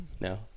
no